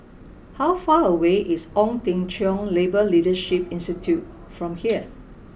how far away is Ong Teng Cheong Labour Leadership Institute from here